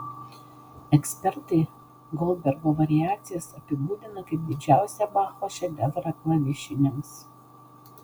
ekspertai goldbergo variacijas apibūdina kaip didžiausią bacho šedevrą klavišiniams